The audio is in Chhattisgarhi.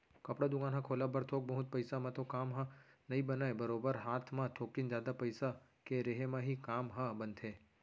कपड़ा दुकान ह खोलब बर थोक बहुत पइसा म तो काम ह नइ बनय बरोबर हात म थोकिन जादा पइसा के रेहे म ही काम ह बनथे